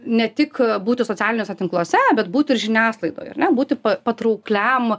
ne tik būti socialiniuose tinkluose bet būti ir žiniasklaidoj ar ne būti patraukliam